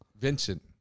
Vincent